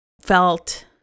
felt